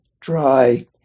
dry